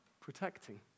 protecting